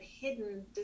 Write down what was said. hidden